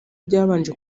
byabanje